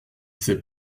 s’est